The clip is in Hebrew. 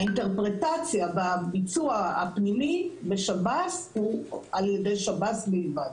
האינטרפרטציה והביצוע הפנימי בשב"ס הוא על ידי שב"ס בלבד.